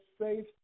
safe